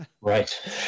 Right